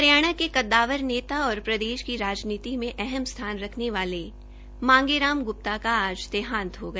हरियाणा के कद्दावर नेता और प्रदेश की राजनीति में अहम स्थान रखने वाले मांगे राम गुप्ता का आज देहांत हो गया